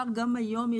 שלום לכולם.